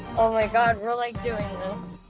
oh my god, we're like doing this.